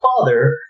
father